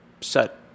Set